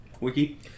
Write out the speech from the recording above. Wiki